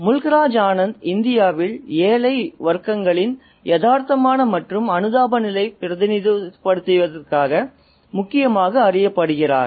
முல்க் ராஜ் ஆனந்த் இந்தியாவில் ஏழை வர்க்கங்களின் யதார்த்தமான மற்றும் அனுதாபநிலையை பிரதிநிதித்துவப் படுத்தியதற்காக முக்கியமாக அறியப்படுகிறார்